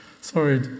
sorry